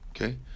okay